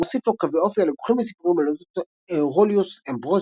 הוא הוסיף לו קווי-אופי הלקוחים מסיפורים על אודות אאורליוס אמברוזיוס,